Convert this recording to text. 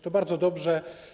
To bardzo dobrze.